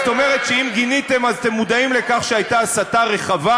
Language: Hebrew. אז זאת אומרת שאם גיניתם אתם מודעים לכך שהייתה הסתה רחבה